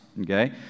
Okay